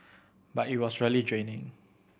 but it was really draining